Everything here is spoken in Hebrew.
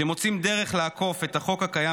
שמוצאים דרך לעקוף את החוק הקיים,